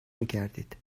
میکردید